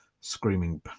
screaming